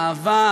אהבה,